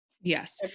yes